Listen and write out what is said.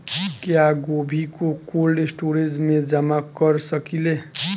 क्या गोभी को कोल्ड स्टोरेज में जमा कर सकिले?